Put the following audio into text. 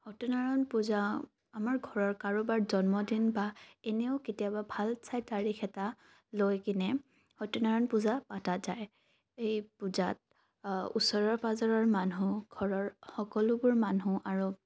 সত্যনাৰায়ণ পূজা আমাৰ ঘৰৰ কাৰোবাৰ জন্মদিন বা এনেও কেতিয়াবা ভাল চাই তাৰিখ এটা লৈ কেনে সত্যনাৰায়ণ পূজা পতা যায় এই পূজাত ওচৰৰ পাজৰৰ মানুহ ঘৰৰ সকলোবোৰ মানুহ আৰু